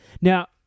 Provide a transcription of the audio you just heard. Now